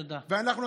ואנחנו,